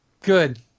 Good